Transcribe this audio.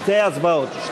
שתי הצבעות.